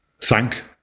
thank